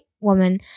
woman